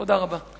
תודה רבה.